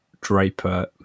Draper